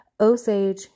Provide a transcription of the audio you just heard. Osage